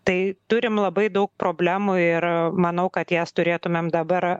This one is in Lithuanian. tai turim labai daug problemų ir manau kad jas turėtumėm dabar